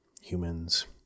humans